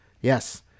Yes